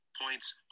points